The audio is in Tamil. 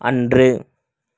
அன்று